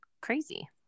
crazy